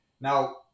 now